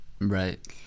right